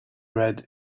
red